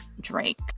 Drake